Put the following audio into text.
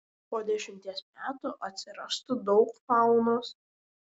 po dešimties metų atsirastų daug faunos